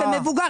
ומבוגר,